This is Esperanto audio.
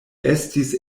estis